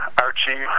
Archie